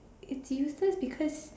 it's useless because